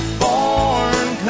born